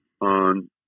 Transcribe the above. on